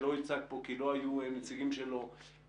שנציגיו לא היו בזום,